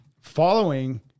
following